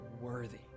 worthy